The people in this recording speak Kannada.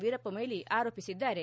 ವೀರಪ್ಪ ಮೊಯ್ಲಿ ಆರೋಪಿಸಿದ್ದಾರೆ